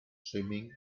swimming